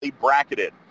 bracketed